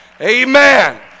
Amen